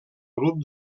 grup